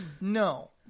no